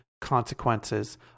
consequences